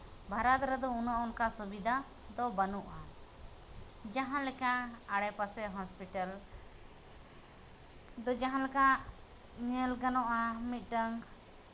ᱵᱷᱟᱨᱚᱛ ᱨᱮᱫᱚ ᱩᱱᱟᱹᱜ ᱚᱱᱠᱟ ᱥᱩᱵᱤᱫᱷᱟ ᱫᱚ ᱵᱟᱹᱱᱩᱜᱼᱟ ᱡᱟᱦᱟᱸ ᱞᱮᱠᱟ ᱟᱬᱮᱯᱟᱥᱮ ᱦᱚᱥᱯᱤᱴᱟᱞ ᱫᱚ ᱡᱟᱦᱟᱸ ᱞᱮᱠᱟ ᱧᱮᱞ ᱜᱟᱱᱚᱜᱼᱟ ᱢᱤᱫᱴᱟᱱ